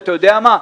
אתה יודע מה?